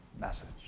message